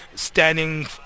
standing